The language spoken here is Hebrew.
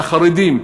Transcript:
לחרדים,